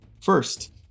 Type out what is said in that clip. first